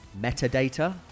metadata